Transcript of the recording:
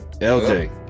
lj